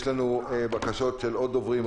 יש לנו בקשות של עוד דוברים.